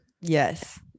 Yes